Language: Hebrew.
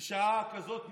בשעה כזאת מאוחרת,